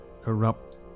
corrupt